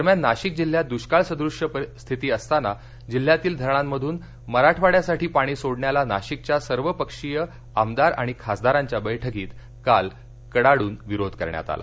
दरम्यान नाशिक जिल्ह्यात दुष्काळ सदृश्य स्थिती असताना जिल्ह्यातील धरणामधून मराठवाङ्यासाठी पाणी सोडण्याला नाशिकच्या सर्व पक्षीय आमदार आणि खासदारांच्या बैठकीत काल कडाडून विरोध करण्यात आला